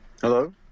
Hello